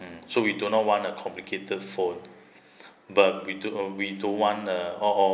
mm so we do not want a complicated phone but we do uh we do want uh or or